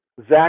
zach